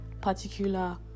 particular